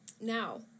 Now